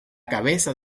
cabeza